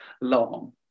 long